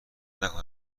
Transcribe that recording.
نکنه